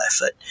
effort